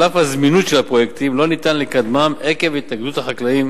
על אף הזמינות של הפרויקטים אין אפשרות לקדמם עקב התנגדות החקלאים